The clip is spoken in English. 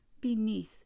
beneath